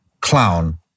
clown